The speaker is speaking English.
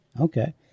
okay